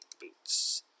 boots